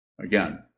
again